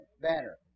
banner